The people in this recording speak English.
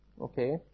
Okay